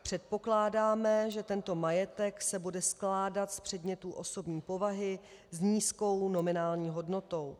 Předpokládáme, že tento majetek se bude skládat z předmětů osobní povahy s nízkou nominální hodnotou.